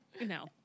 No